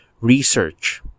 Research